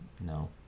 No